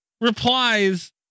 replies